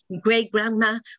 great-grandma